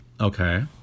Okay